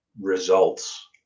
results